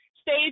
stage